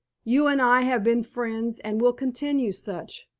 you and i have been friends and will continue such,